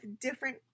different